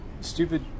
stupid